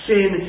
Sin